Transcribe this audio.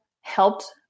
helped